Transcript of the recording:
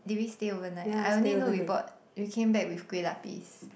did we stay overnight I only know we bought we came back with Kueh-Lapis